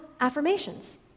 affirmations